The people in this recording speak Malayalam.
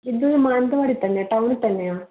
ഇത് മാനന്തവാടീൽ തന്നെയാ ടൗണിൽ തന്നെയാ